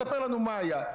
תגיד לנו מה היה,